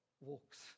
walks